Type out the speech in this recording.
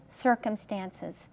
circumstances